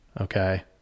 Okay